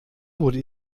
wurde